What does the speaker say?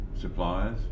suppliers